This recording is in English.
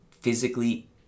physically